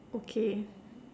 okay